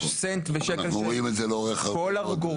אנחנו רואים את זה לאורך הרבה מאוד זמן.